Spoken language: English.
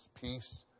peace